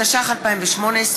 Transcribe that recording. התשע"ח 2018,